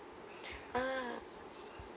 ah